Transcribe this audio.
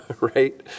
right